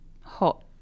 hot